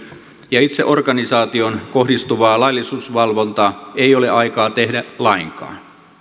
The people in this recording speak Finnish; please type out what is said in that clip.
ja itse organisaatioon kohdistuvaa laillisuusvalvontaa ei ole aikaa tehdä lainkaan